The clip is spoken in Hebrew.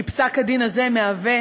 כי פסק-הדין הזה מהווה